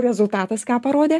rezultatas ką parodė